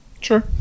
Sure